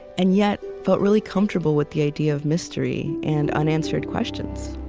and yet felt really comfortable with the idea of mystery and unanswered questions